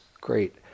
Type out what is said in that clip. great